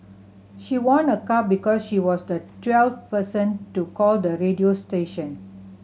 she won a car because she was the twelfth person to call the radio station